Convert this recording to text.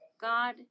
God